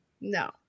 No